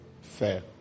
fair